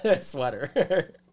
sweater